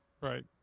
Right